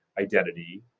identity